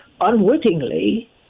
unwittingly